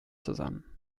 zusammen